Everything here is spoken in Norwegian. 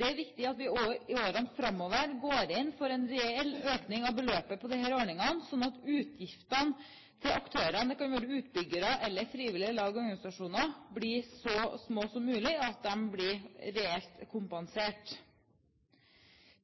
Det er viktig at vi også i årene framover går inn for en reell økning av beløpet på disse ordningene, slik at utgiftene til aktørene – det kan være utbyggere eller frivillige lag og organisasjoner – blir så små som mulig, slik at de blir reelt kompensert.